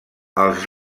els